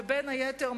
ובין היתר,